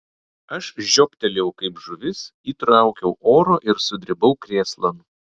aš žioptelėjau kaip žuvis įtraukiau oro ir sudribau krėslan